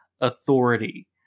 authority